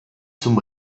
zum